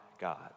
God